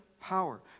power